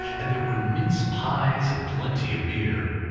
and there were mince-pies, and plenty of beer.